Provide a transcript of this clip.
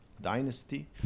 dynasty